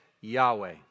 Yahweh